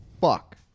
fuck